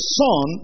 son